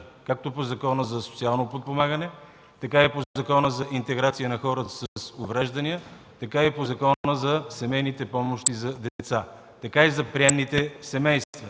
– по Закона за социално подпомагане, по Закона за интеграция на хората с увреждания, също и по Закона за семейните помощи за деца, така и за приемните семейства,